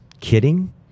kidding